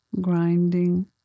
grinding